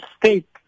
state